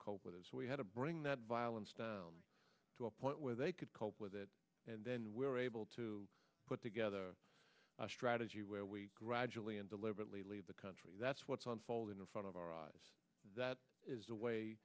cope with it so we had to bring that violence down to a point where they could cope with it and then we were able to put together a strategy where we gradually and deliberately leave the country that's what's on fold in front of our eyes that is the way